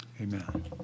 amen